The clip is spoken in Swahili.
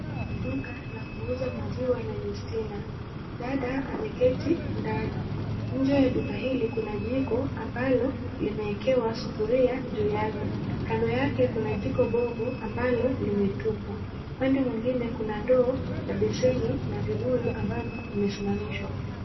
Duka la kuuza maziwa la Yustina. Dada ameketi ndani. Nje ya duka hili kuna jiko ambalo limewekewa sufuria juu yake. Kando yake kuna jiko bovu ambalo limetupwa. Pande mwingine kuna ndoo na besheni na vibuyu ambavyo vimesimamishwa.